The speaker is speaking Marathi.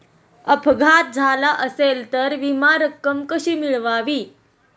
अपघात झाला असेल तर विमा रक्कम कशी मिळवावी?